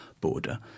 border